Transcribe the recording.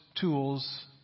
tools